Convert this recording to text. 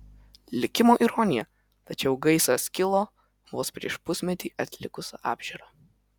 likimo ironija tačiau gaisras kilo vos prieš pusmetį atlikus apžiūrą